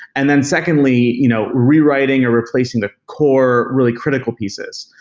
and then secondly you know rewriting or replacing the core really critical pieces,